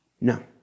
No